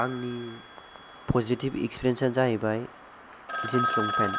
आंनि positive experience आ जाहैबाय जिन्स लंपेन्ट